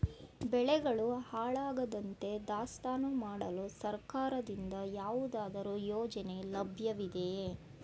ಬೆಳೆಗಳು ಹಾಳಾಗದಂತೆ ದಾಸ್ತಾನು ಮಾಡಲು ಸರ್ಕಾರದಿಂದ ಯಾವುದಾದರು ಯೋಜನೆ ಲಭ್ಯವಿದೆಯೇ?